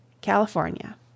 California